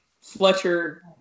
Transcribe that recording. Fletcher